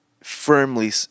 firmly